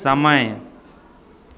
समय